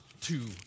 two